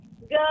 Good